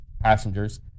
passengers